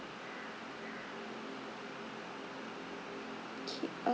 okay uh